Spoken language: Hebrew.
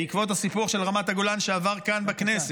בעקבות הסיפוח של רמת הגולן שעבר כאן בכנסת,